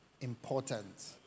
important